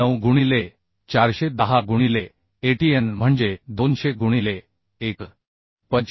9 गुणिले 410 गुणिले atn म्हणजे 200 गुणिले 1